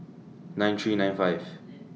nine three nine five